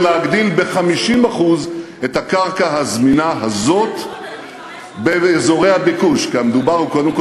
קודם כול כדי להגדיל ב-50% את הקרקע הזמינה הזאת באזורי הביקוש.